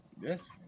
yes